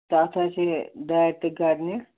تَتھ حظ چھِ یہِ دارِ تہِ گرنہِ